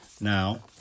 Now